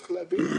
צריך להבין,